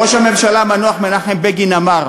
ראש הממשלה המנוח מנחם בגין אמר: